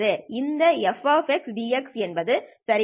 இந்த fdx என்பது சரி